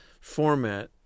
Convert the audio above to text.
format